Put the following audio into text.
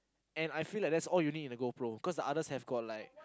and I feel like that all you need in the GoPro cause the others have got like